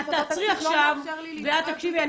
את תעצרי עכשיו ואת תקשיבי.